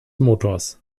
motors